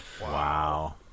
Wow